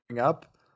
up